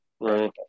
Right